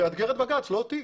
שיאתגר את בג"ץ ולא אותי.